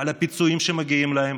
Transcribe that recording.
על פיצויים שמגיעים להם?